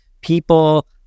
people